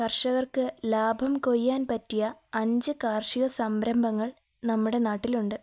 കർഷകർക്ക് ലാഭം കൊയ്യാൻ പറ്റിയ അഞ്ച് കാർഷിക സംരംഭങ്ങൾ നമ്മുടെ നാട്ടിലുണ്ട്